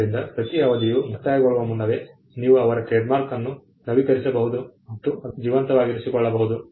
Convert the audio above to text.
ಆದ್ದರಿಂದ ಪ್ರತಿ ಅವಧಿಯು ಮುಕ್ತಾಯಗೊಳ್ಳುವ ಮುನ್ನವೇ ನೀವು ಅವರ ಟ್ರೇಡ್ಮಾರ್ಕ್ ಅನ್ನು ನವೀಕರಿಸಬಹುದು ಮತ್ತು ಅದನ್ನು ಜೀವಂತವಾಗಿರಿಸಿಕೊಳ್ಳಬಹುದು